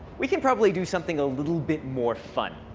we could probably do something a little bit more fun.